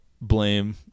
blame